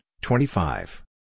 twenty-five